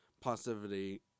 positivity